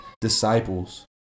disciples